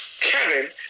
Kevin